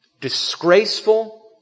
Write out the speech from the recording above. Disgraceful